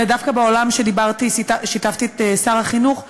אלא דווקא בעולם ששיתפתי את שר החינוך,